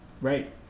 right